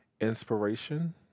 inspiration